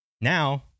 Now